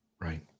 Right